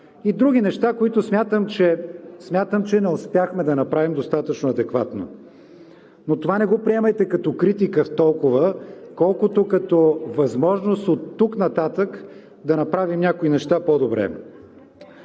и други неща, които смятам, че не успяхме да направим достатъчно адекватно. Но това не го приемайте като критика толкова, колкото като възможност оттук нататък да направим някои неща по-добре.